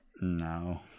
No